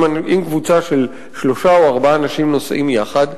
אם קבוצה של שלושה או ארבעה אנשים נוסעים יחד,